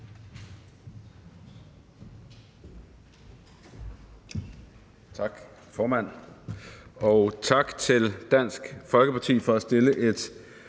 Tak, formand. Og tak til Dansk Folkeparti for at fremsætte